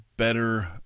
better